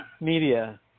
media